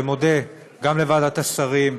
ומודה גם לוועדת השרים,